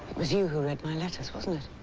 was you who read my letters wasn't it?